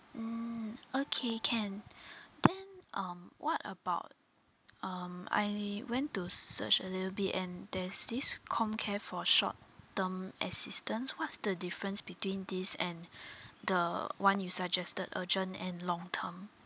mm okay can then um what about um I went to search a little bit and there's this comcare for short term assistance what's the difference between this and the one you suggested urgent and long term